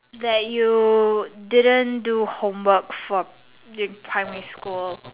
that you didn't do homework for in primary school